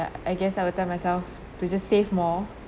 ya I guess I will tell myself to just save more